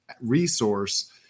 resource